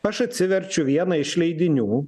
aš atsiverčiu vieną iš leidinių